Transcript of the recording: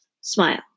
Smile